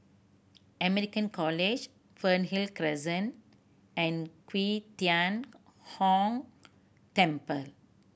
American College Fernhill Crescent and Qi Tian Gong Temple